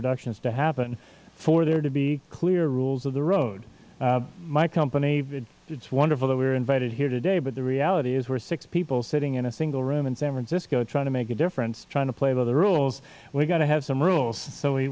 reductions to happen for there to be clear rules of the road my company it's wonderful that we were invited here today but the reality is we're six people sitting in a single room in san francisco trying to make a difference trying to play by the rules and we have to have some rules so we